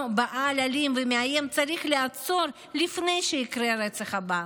בעל אלים ומאיים צריך לעצור לפני שיקרה הרצח הבא?